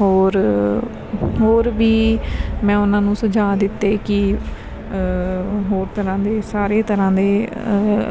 ਹੋਰ ਹੋਰ ਵੀ ਮੈਂ ਉਹਨਾਂ ਨੂੰ ਸੁਝਾਅ ਦਿੱਤੇ ਕਿ ਹੋਰ ਤਰ੍ਹਾਂ ਦੇ ਸਾਰੇ ਤਰ੍ਹਾਂ ਦੇ